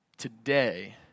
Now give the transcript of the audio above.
today